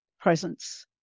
presence